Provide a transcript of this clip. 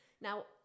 now